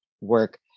work